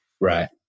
Right